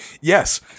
yes